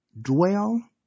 dwell